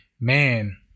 man